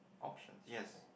options yes